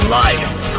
life